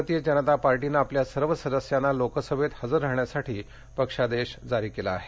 भारतीय जनता पार्टीनं आपल्या सर्व सदस्यांना लोकसभेत हजर राहण्यासाठी पक्षादेश जारी केला आहे